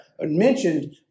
mentioned